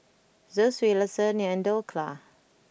Zosui Lasagne and Dhokla